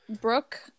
Brooke